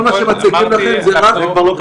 אני מבינה